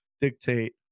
dictate